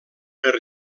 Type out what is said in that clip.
per